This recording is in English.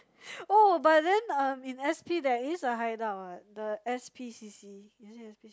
oh but then uh in s_p there is a hideout what the s_p_c_c is it s_p